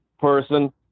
person